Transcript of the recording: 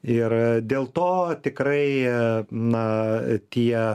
ir dėl to tikrai na tie